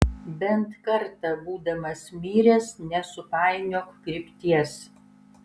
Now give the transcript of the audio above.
bent kartą būdamas miręs nesupainiok krypties